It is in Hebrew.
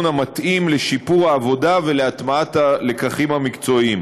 המתאים לשיפור העבודה ולהטמעת הלקחים המקצועיים.